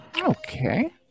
Okay